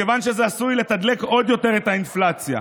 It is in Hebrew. מכיוון שזה עשוי לתדלק עוד יותר את האינפלציה,